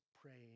praying